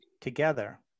together